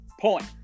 Point